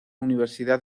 universidad